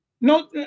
No